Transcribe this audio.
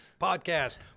podcast